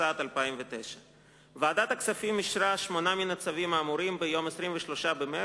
התשס"ט 2009. ועדת הכספים אישרה שמונה מן הצווים האמורים ב-23 במרס,